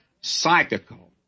psychical